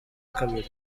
kabiri